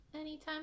Anytime